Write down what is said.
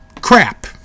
crap